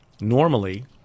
normally